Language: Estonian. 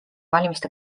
valimiste